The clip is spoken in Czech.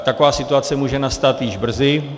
Taková situace může nastat již brzy.